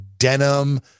denim